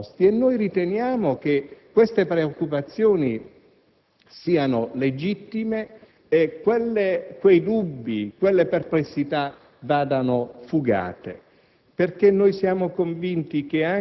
fondano su questi presupposti. Riteniamo che tali preoccupazioni siano legittime e che i dubbi e le perplessità vadano fugati.